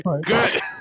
Good